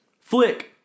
Flick